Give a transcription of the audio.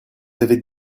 avez